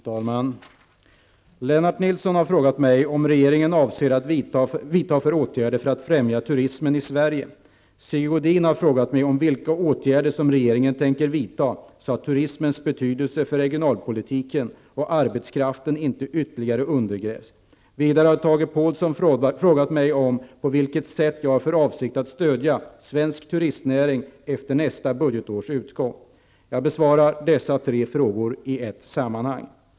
Fru talman! Lennart Nilsson har frågat mig om vad regeringen avser att vidta för åtgärder för att främja turismen i Sverige. Sigge Godin har frågat mig om vilka åtgärder som regeringen tänker vidta så att turismens betydelse för regionalpolitiken och arbetskraften inte ytterligare undergrävs. Vidare har Tage Påhlsson frågat mig om på vilket sätt jag har för avsikt att stödja svensk turistnäring efter nästa budgetårs utgång. Jag besvarar dessa tre frågor i ett sammanhang.